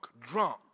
drunk